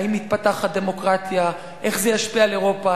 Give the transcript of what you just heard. האם מתפתחת דמוקרטיה, איך זה ישפיע על אירופה.